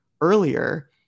earlier